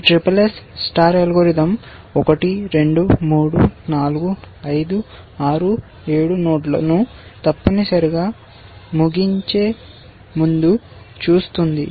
ఈ SSS SSS star algorithm 1 2 3 4 5 6 7 నోడ్లను తప్పనిసరిగా ముగించే ముందు చూసింది